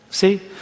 See